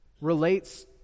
relates